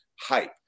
hype